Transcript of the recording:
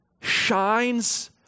shines